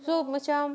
so macam